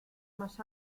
más